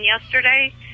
yesterday